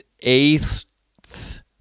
eighth